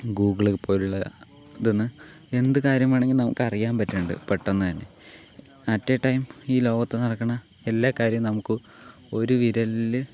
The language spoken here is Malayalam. ഗൂഗിൾ പോലുള്ള അതിൽനിന്ന് എന്ത് കാര്യം വേണമെങ്കിലും നമുക്കറിയാൻ പറ്റണുണ്ട് പെട്ടന്ന് തന്നെ അറ്റ് എ ടൈം ഈ ലോകത്ത് നടക്കണ എല്ലാ കാര്യവും നമുക്ക് ഒരു വിരലിൽ